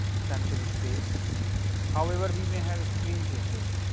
sample space however, we may have extreme cases,